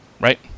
right